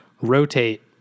rotate